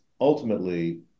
ultimately